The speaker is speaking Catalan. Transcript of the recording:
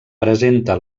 presenta